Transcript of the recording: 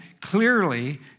clearly